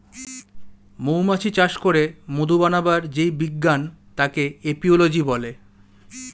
মৌমাছি চাষ করে মধু বানাবার যেই বিজ্ঞান তাকে এপিওলোজি বলে